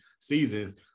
seasons